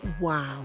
wow